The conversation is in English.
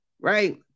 right